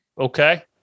Okay